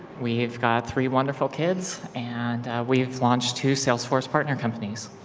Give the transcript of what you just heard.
we've got three wonderful kids, and we've launched to salesforce partner companies